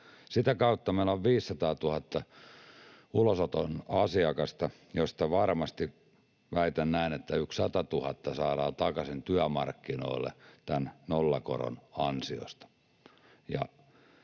Sitä kautta meillä on 500 000 ulosoton asiakasta, joista varmasti, väitän näin, yksi 100 000 saadaan takaisin työmarkkinoille tämän nollakoron ansiosta.